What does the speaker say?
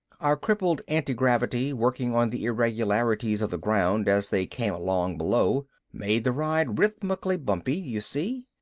our crippled antigravity, working on the irregularities of the ground as they came along below, made the ride rhythmically bumpy, you see.